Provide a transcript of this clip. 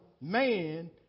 man